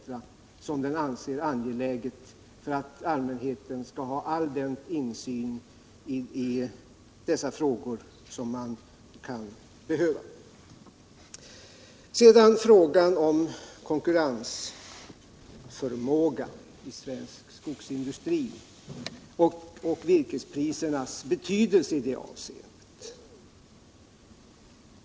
som den anser angeläget att ta för att allmänheten skall ha all den insyn i dessa frågor som den kan behöva. Sedan till frågan om konkurrensförmågan i svensk skogsindustri och virkesprisernas betydelse i det avseendet.